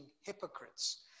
hypocrites